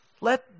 Let